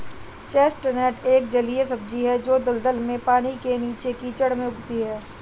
chestnut एक जलीय सब्जी है जो दलदल में, पानी के नीचे, कीचड़ में उगती है